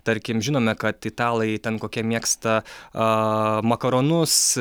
tarkim žinome kad italai ten kokią mėgsta aaa makaronus